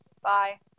Bye